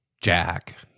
jack